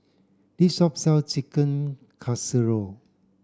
this shop sells Chicken Casserole